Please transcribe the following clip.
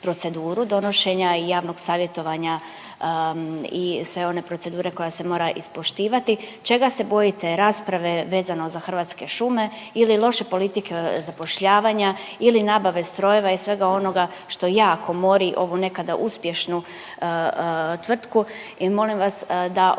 proceduru donošenja i javnog savjetovanja i sve one procedure koja se mora ispoštivati, čega se bojite, rasprave vezano za Hrvatske šume ili loše politike zapošljavanja ili nabave strojeva i svega onoga što jako mori ovu nekada uspješnu tvrtku